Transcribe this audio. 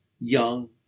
young